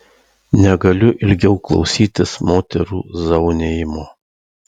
negaliu ilgiau klausytis moterų zaunijimo